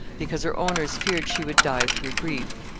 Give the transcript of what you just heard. because her owners feared she would die through grief.